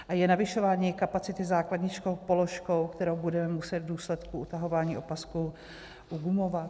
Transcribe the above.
A je navyšování kapacity základních škol položkou, kterou budeme muset v důsledku utahování opasků ugumovat?